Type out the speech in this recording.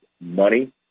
money